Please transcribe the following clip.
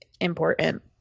important